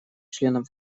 членам